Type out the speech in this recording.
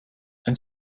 and